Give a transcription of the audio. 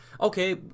Okay